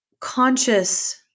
conscious